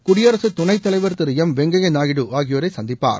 குடியரசுத் துணைத் தலைவர் திரு எம் வெங்கையா நாயுடு ஆகியோரை சந்திப்பார்